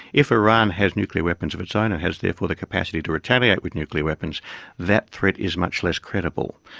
if iran has nuclear weapons of its own it has therefore the capacity to retaliate with nuclear weapons that threat is much less credible.